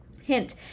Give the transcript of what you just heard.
Hint